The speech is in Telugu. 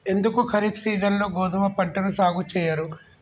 ఎందుకు ఖరీఫ్ సీజన్లో గోధుమ పంటను సాగు చెయ్యరు?